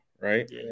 right